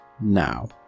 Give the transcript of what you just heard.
now